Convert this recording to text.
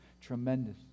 tremendous